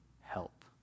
help